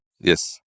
Yes